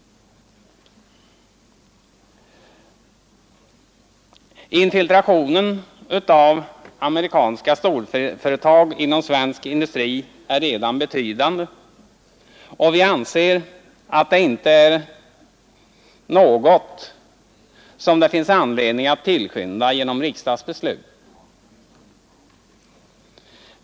Infiltrationen av amerikanska storföretag inom svensk industri är redan betydande, och vi anser att detta inte är något som det finns anledning att tillskynda genom riksdagsbeslut.